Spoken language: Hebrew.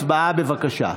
הצבעה, בבקשה.